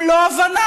אם לא הבנה,